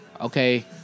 okay